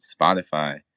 Spotify